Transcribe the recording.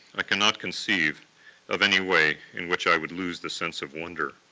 i cannot conceive of any way in which i would lose the sense of wonder.